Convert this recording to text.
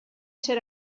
ser